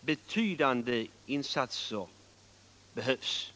betydande insatser behövs.